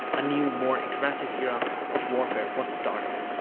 a new, more aggressive era of warfare was started.